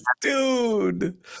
dude